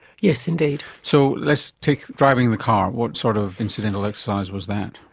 yes indeed. so let's take driving the car. what sort of incidental exercise was that?